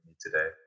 today